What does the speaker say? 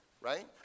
right